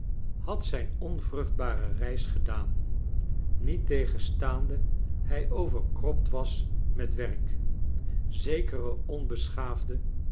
had zijn onvruchtbare reis gedaan niettegenstaande hij overkropt was met werk zekere onbeschaafde